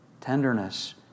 tenderness